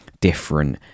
different